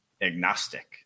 agnostic